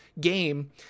game